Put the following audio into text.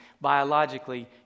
Biologically